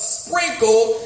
sprinkled